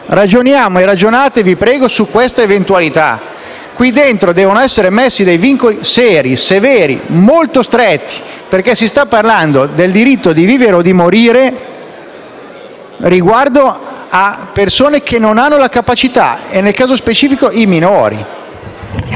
Ragioniamo e ragionate, vi prego, su questa eventualità. Qui dentro devono essere messi vincoli seri, severi e molto stretti, perché si sta parlando del diritto di vivere o morire riguardo a persone che non hanno la capacità, nel caso specifico i minori.